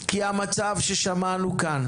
כי המצב ששמענו כאן